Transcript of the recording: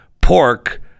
pork